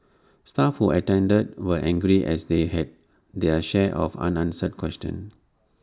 staff who attended were angry as they had their share of unanswered questions